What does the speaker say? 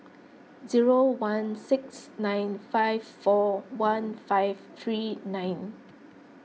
zero one six nine five four one five three nine